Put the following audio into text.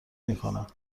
میکنم